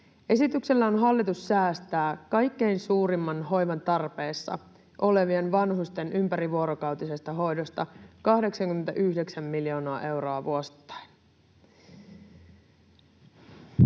Esityksellään hallitus säästää kaikkein suurimman hoivan tarpeessa olevien vanhusten ympärivuorokautisesta hoidosta 89 miljoonaa euroa vuosittain.